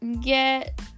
get